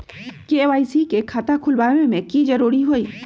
KYC के खाता खुलवा में की जरूरी होई?